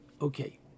Okay